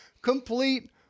complete